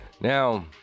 now